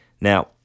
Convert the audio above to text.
Now